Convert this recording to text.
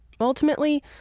Ultimately